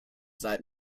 that